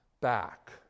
back